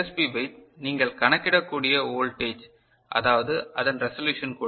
B weight நீங்கள் கணக்கிடக்கூடிய voltage அதாவது அதன் ரெசல்யூசன் கூட